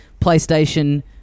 PlayStation